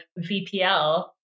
VPL